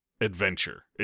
adventure